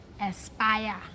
Aspire